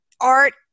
Art